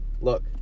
Look